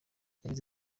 yagize